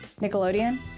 Nickelodeon